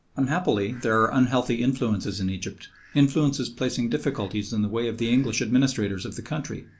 unhappily there are unhealthy influences in egypt influences placing difficulties in the way of the english administrators of the country,